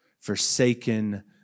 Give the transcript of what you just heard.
forsaken